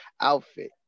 outfit